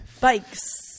Bikes